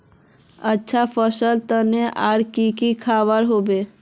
अच्छा फसलेर तने आर की की करवा होबे?